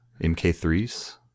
MK3s